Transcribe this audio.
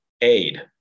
aid